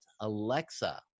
Alexa